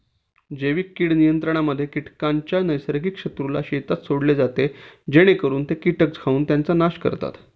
जैविक कीड नियंत्रणामध्ये कीटकांच्या नैसर्गिक शत्रूला शेतात सोडले जाते जेणेकरून ते कीटक खाऊन त्यांचा नाश करतात